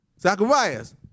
Zacharias